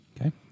Okay